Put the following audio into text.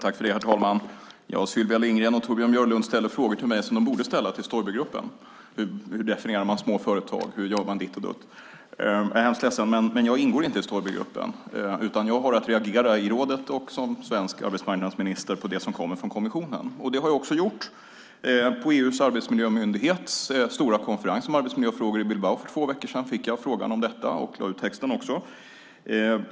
Herr talman! Sylvia Lindgren och Torbjörn Björlund ställer frågor till mig som de borde ställa till Stoibergruppen om hur man definierar små företag och hur man gör ditt och datt. Jag är hemskt ledsen, men jag ingår inte i Stoibergruppen, utan jag har att reagera i rådet och som svensk arbetsmarknadsminister på det som kommer från kommissionen. Det har jag också gjort. På EU:s arbetsmiljömyndighets stora konferens om arbetsmiljöfrågor i Bilbao för två veckor sedan fick jag frågan om detta och lade också ut texten.